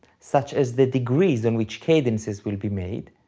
such as the degrees on which cadences will be made,